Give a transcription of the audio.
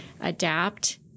adapt